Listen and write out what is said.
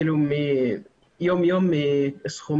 אפילו ביישובים שקיבלנו הכרה בהם.